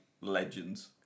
legends